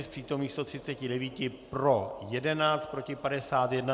Z přítomných 139 pro 11, proti 51.